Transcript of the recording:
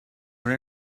are